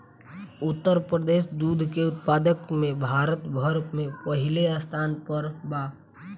उत्तर प्रदेश दूध के उत्पादन में भारत भर में पहिले स्थान पर बा